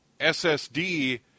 SSD